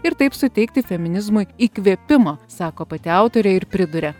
ir taip suteikti feminizmui įkvėpimo sako pati autorė ir priduria